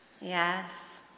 Yes